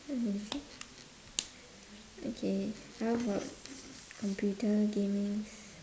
hmm okay how about computer gaming